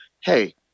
hey